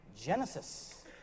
Genesis